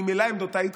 ממילא עמדותיי תתקבלנה.